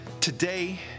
Today